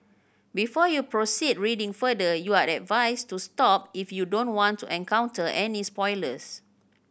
before you proceed reading further you are advised to stop if you don't want to encounter any spoilers